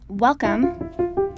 Welcome